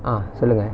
ah சொல்லுங்க:sollunga